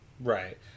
Right